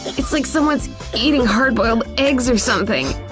it's like someone's eating hard boiled eggs or something.